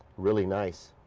really nice.